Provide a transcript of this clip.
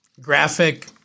graphic